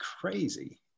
crazy